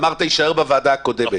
אמרתי שזה יישאר בוועדה הקודמת,